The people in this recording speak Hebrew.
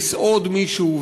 לסעוד מישהו,